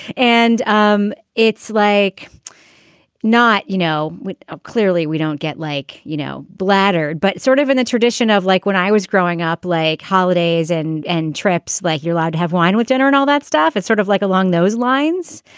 and um it's like not, you know clearly, we don't get like, you know, blathered, but sort of in the tradition of like when i was growing up, like holidays and and trips, like you allowed to have wine with dinner and all that stuff, it's sort of like along those lines.